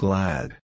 Glad